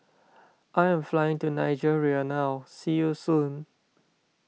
I am flying to Nigeria now see you soon